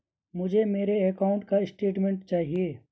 मुझे मेरे अकाउंट का स्टेटमेंट चाहिए?